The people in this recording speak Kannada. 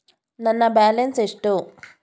ನನ್ನ ಬ್ಯಾಲೆನ್ಸ್ ಎಷ್ಟು?